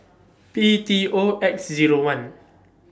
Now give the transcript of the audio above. P T O X Zero one